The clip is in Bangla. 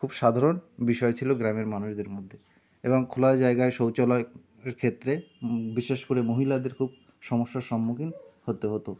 খুব সাধারণ বিষয় ছিল গ্রামের মানুষদের মধ্যে এবং খোলা জায়গায় শৌচালয় এর ক্ষেত্রে বিশেষ করে মহিলাদের খুব সমস্যার সম্মুখীন হতে হতো